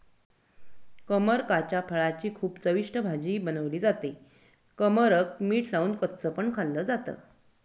कमरकाच्या फळाची खूप चविष्ट भाजी बनवली जाते, कमरक मीठ लावून कच्च पण खाल्ल जात